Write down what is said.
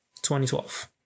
2012